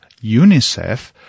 UNICEF